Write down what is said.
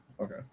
Okay